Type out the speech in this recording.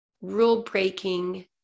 rule-breaking